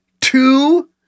Two